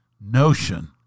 notion